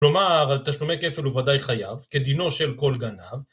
כלומר, על תשלומי כפל הוא ודאי חייב, כדינו של כל גנב.